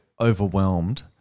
overwhelmed